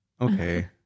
Okay